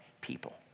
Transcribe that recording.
people